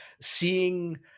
seeing